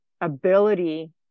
ability